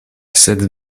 sed